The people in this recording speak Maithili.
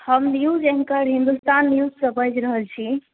हम न्यूज़ ऐंकर हिंदुस्तान न्यूज़ सॅं बाजि रहल छी